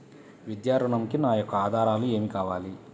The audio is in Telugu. విద్యా ఋణంకి నా యొక్క ఆధారాలు ఏమి కావాలి?